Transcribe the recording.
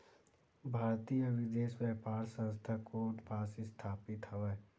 भारतीय विदेश व्यापार संस्था कोन पास स्थापित हवएं?